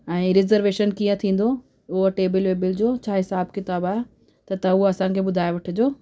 ऐं रिज़र्वेशन कीअं थींदो उहा टेबल वेबल जो छा हिसाबु किताबु आहे त तव्हां उहा असांखे ॿुधाए वठिजो